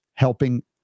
helping